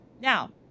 Now